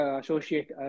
associate